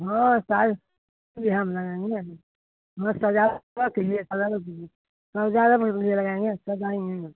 हाँ चार्ज भी हम लगाएँगे ना अभी लगाएँगे